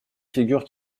figure